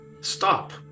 stop